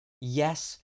Yes